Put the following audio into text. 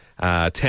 Town